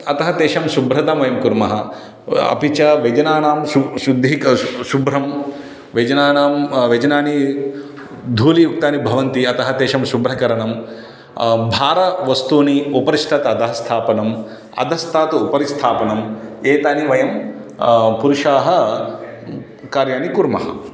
अतः तेषां शुभ्रतां वयं कुर्मः व् अपि च व्यजनानां शु शुद्धीकश् शुभ्रं व्यजनानां व्यजनानि धूलियुक्तानि भवन्ति अतः तेषां शुभ्रकरणं भारवस्तूनि उपरिष्टात् अधः स्थापनम् अधस्तात् उपरि स्थापनम् एतानि वयं पुरुषाः कार्याणि कुर्मः